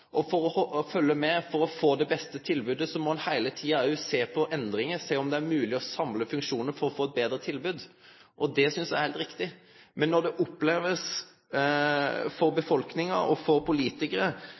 og for å følgje med, for å få det beste tilbodet, må ein heile tida også sjå på endringar, sjå om det er mogleg å samle funksjonar for å få eit betre tilbod. Det synest eg er heilt riktig. Men når befolkninga, og politikarar, opplever det